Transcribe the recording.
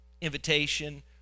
invitation